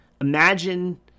imagine